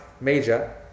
major